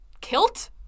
Kilt